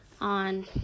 on